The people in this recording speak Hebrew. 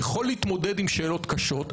יכול להתמודד עם שאלות קשות.